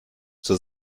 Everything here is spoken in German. zur